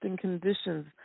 conditions